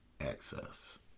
Access